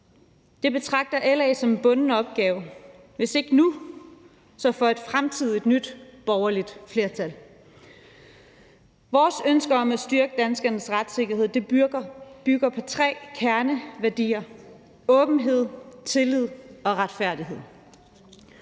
Det betragter LA som en bunden opgave – hvis ikke nu, så for et fremtidigt nyt borgerligt flertal. Vores ønske om at styrke borgernes retssikkerhed bygger på tre kerneværdier: åbenhed, tillid og retfærdighed